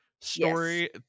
story